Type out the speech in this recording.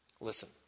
Listen